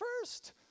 first